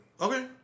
Okay